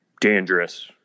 dangerous